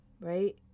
right